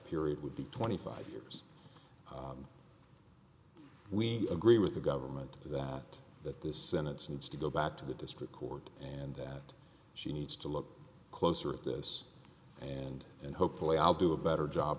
period would be twenty five years and we agree with the government that that this sentence needs to go back to the district court and that she needs to look closer at this and and hopefully i'll do a better job